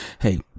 Hey